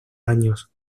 años